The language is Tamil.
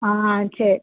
ஆ சரி